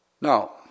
Now